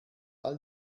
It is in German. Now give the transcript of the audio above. all